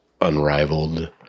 Unrivaled